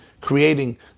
creating